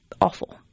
Awful